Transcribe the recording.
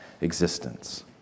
existence